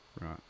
right